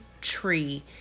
tree